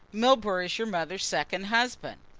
milburgh is your mother's second husband.